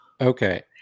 Okay